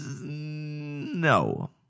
no